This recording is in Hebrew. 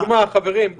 --- חברים,